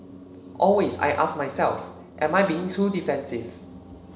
always I ask myself am I being too defensive